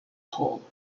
whole